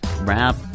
rap